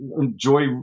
enjoy